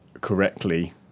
correctly